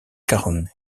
caron